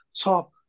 top